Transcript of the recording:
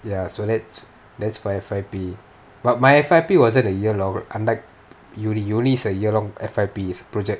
ya so that's that's for F_Y_P but my F_Y_P wasn't a year long unlike university university is a year long F_Y_P is a project